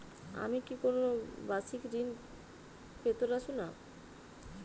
আমি কি কোন বাষিক ঋন পেতরাশুনা?